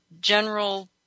general